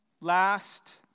last